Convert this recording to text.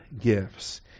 gifts